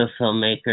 filmmaker